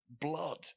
blood